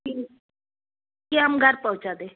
कि कि हम घर पहुँचा दें